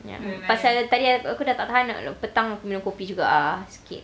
ya pasal tadi aku tak tahan petang aku minum kopi juga ah sikit